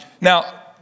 Now